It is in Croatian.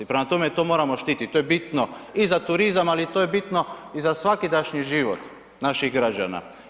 Prema tome, to moramo štititi, to je bitno i za turizam, ali to je bitno i za svakidašnji život naših građana.